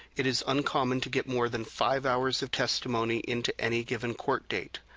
it is uncommon to get more than five hours of testimony into any given court date.